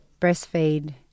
breastfeed